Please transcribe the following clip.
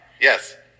Yes